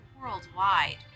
worldwide